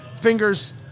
Fingers